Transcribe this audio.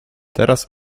teraz